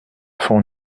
font